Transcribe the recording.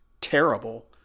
terrible